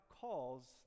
calls